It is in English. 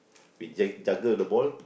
we jug juggle the ball